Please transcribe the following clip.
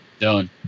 Done